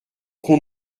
qu’on